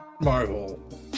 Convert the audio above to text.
Marvel